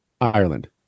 Ireland